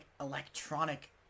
electronic